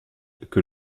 que